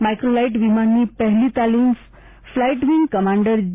microlight વિમાનની પહેલી તાલીમ ફલાઇટ વીંગ કમાન્ડર જે